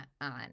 on